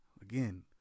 again